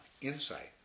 insight